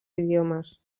idiomes